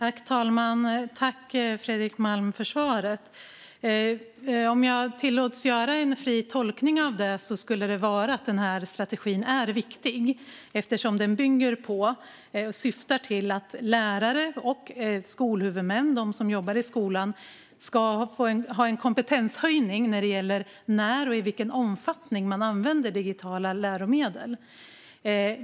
Herr talman! Tack, Fredrik Malm, för svaret! Om jag tillåts att göra en fri tolkning av detta skulle det vara att den här strategin är viktig eftersom den bygger på och syftar till att lärare och skolhuvudmän - de som jobbar i skolan - ska få en kompetenshöjning när det gäller när och i vilken omfattning man använder digitala läromedel.